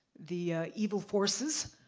the evil forces,